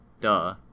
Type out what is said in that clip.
Duh